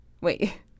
Wait